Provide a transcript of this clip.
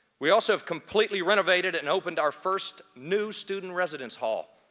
we also have completely renovated and opened our first new student residence hall,